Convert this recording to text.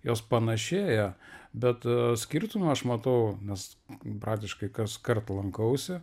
jos panašėja bet skirtumų aš matau nes praktiškai kaskart lankausi